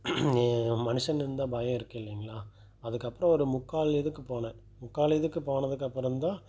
ஏ மனுஷன்னு இருந்தால் பயம் இருக்கும் இல்லைங்ளா அதுக்கப்புறம் ஒரு முக்கால் இதுக்கு போனேன் முக்கால் இதுக்கு போனதுக்கப்புறம் தான்